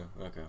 okay